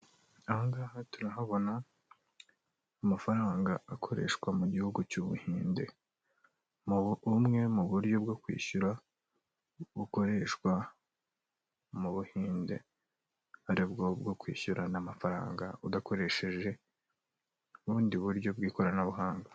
Aha ngaha turahabona amafaranga akoreshwa mu gihugu cy'ubuhinde, bumwe mu buryo bwo kwishyura, bukoreshwa mu buhinde, aribwo bwo kwishyurana amafaranga udakoresheje ubundi buryo bw'ikoranabuhanga.